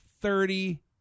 thirty